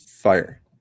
fire